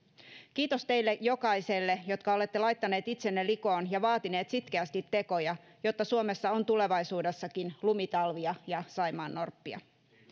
kiitos teille jokaiselle jotka olette laittaneet itsenne likoon ja vaatineet sitkeästi tekoja jotta suomessa on tulevaisuudessakin lumitalvia ja saimaannorppia